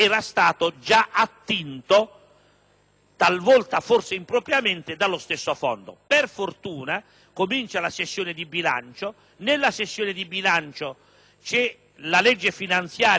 talvolta forse impropriamente, dallo stesso Fondo. Per fortuna comincia la sessione di bilancio nella quale la legge finanziaria, con un emendamento della Camera,